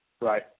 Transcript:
Right